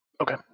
Okay